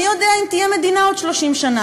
מי יודע אם תהיה מדינה עוד 30 שנה.